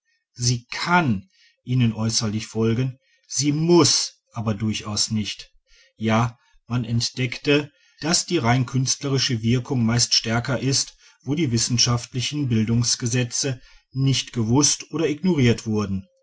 sie kann ihnen äußerlich folgen sie muß aber durchaus nicht ja man entdeckte daß die reinkünstlerische wirkung meist stärker ist wo die wissenschaftlichen bildungsgesetze nicht gewußt oder ignoriert wurden